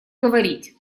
говорить